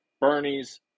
Bernie's